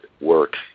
work